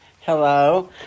Hello